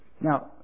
Now